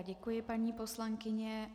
Děkuji, paní poslankyně.